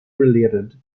related